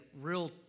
real